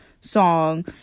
song